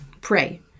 pray